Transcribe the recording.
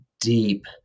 deep